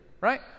right